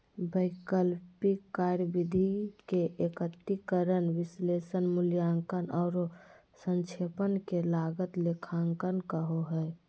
वैकल्पिक कार्यविधि के एकत्रीकरण, विश्लेषण, मूल्यांकन औरो संक्षेपण के लागत लेखांकन कहो हइ